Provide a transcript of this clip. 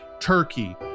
turkey